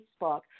Facebook